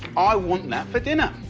i want that for dinner.